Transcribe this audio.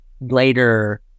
later